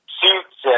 suits